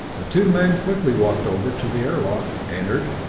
the two men quickly walked over to the airlock, entered,